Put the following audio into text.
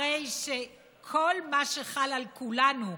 הרי שכל מה שחל על כולנו,